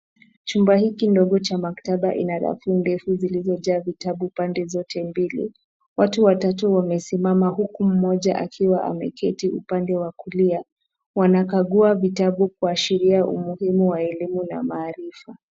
Chumba hiki ndogo cha maktaba ina rafu ndefu zilizojaa vitabu pande zote mbili. Watu watatu wamesimama huku mmoja akiwa ameketi upande wa kulia. Wanakagua vitabu kuashiria umuhimu wa elimu na maarifa.